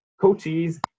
coaches